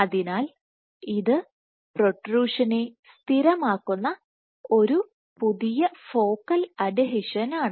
അതിനാൽ ഇത് പ്രൊട്രുഷനെ സ്ഥിരമാക്കുന്ന ഒരു പുതിയ ഫോക്കൽ അഡ്ഹീഷനാണ്